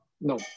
No